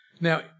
Now